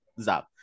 Zap